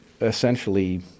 essentially